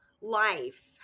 life